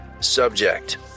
Subject